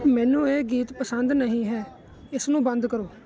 ਮੈਨੂੰ ਇਹ ਗੀਤ ਪਸੰਦ ਨਹੀਂ ਹੈ ਇਸਨੂੰ ਬੰਦ ਕਰੋ